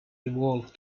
evolved